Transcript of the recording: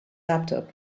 laptop